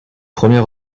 premier